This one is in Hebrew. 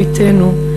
בתנו,